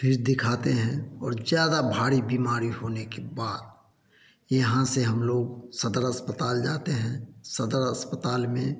फिर दिखाते हैं और ज़्यादा भारी बीमारी होने के बाद यहाँ से हम लोग सदर अस्पताल जाते है सदर अस्पताल में